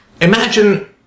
Imagine